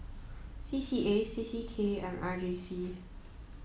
C C A C C K and R J C